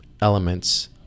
elements